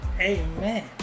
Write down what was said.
Amen